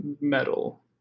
metal